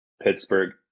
Pittsburgh